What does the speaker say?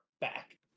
back